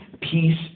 Peace